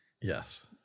Yes